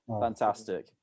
Fantastic